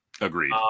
Agreed